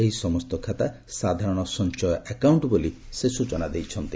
ଏହି ସମସ୍ତ ଖାତା ସାଧାରଣ ସଞ୍ଚୟ ଆକାଉଣ୍ଟ ବୋଲି ତେ ସେ ସ୍ବଚନା ଦେଇଛନ୍ତି